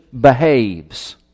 behaves